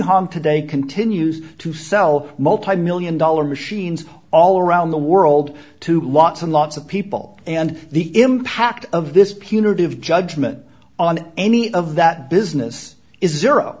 n today continues to sell multimillion dollar machines all around the world to lots and lots of people and the impact of this punitive judgement on any of that business is zer